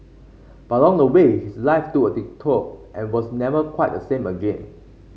but along the way his life took a detour and was never quite the same again